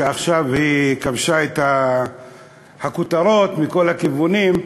שעכשיו כבשה את הכותרות מכל הכיוונים,